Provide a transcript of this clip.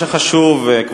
מה שחשוב להבין,